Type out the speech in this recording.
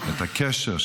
את הקשר,